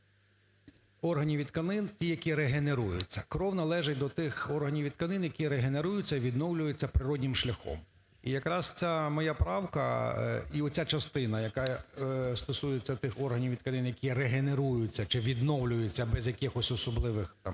органів від тканин, які регенеруються. Кров належить до тих органів і тканин, які регенеруються, відновлюються природним шляхом. І якраз ця моя правка, і оця частина, яка стосується тих органів і тканин, які регенеруються чи відновлююся без якихось особливих